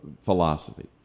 philosophy